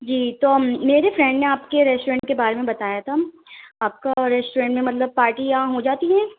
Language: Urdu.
جی تو میرے فرینڈ نے آپ کے ریسٹورنٹ کے بارے میں بتایا تھا آپ کا ریسٹورنٹ میں مطلب پارٹیاں ہو جاتی ہیں